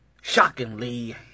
shockingly